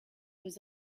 was